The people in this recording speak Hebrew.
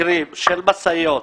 אם אני מנסה לייצר את האקוויוולנט,